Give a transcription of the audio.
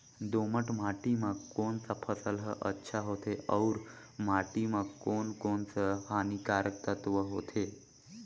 दोमट माटी मां कोन सा फसल ह अच्छा होथे अउर माटी म कोन कोन स हानिकारक तत्व होथे?